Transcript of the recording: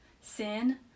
sin